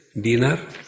dinner